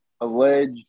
alleged